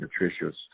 nutritious